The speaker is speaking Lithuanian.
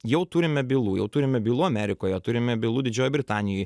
jau turime bylų jau turime bylų amerikoje turime bylų didžiojoj britanijoj